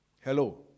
Hello